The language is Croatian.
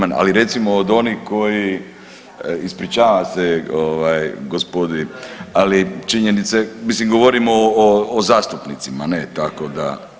Ali recimo od onih koji, ispričavam se gospodi, ali činjenica je, mislim govorimo o zastupnicima tako da.